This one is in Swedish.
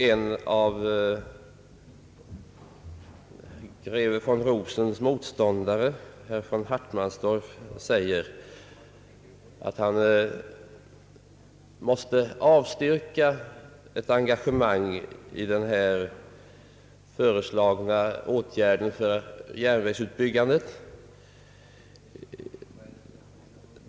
En av greve von Rosens motståndare, herr von Hartmannsdorff, sade att han måste avstyrka ett engagemang i den föreslagna åtgärden för järnvägsbyggandet.